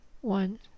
one